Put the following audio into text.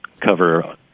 cover